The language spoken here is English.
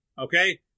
okay